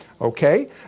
Okay